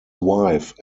wife